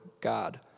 God